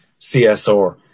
csr